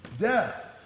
death